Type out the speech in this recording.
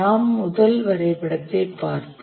நாம் முதல் வரைபடத்தைப் பார்ப்போம்